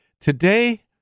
today